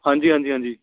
ਹਾਂਜੀ ਹਾਂਜੀ ਹਾਂਜੀ